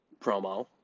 promo